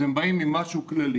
אז הם באים עם משהו כללי,